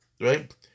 right